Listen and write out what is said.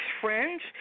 friends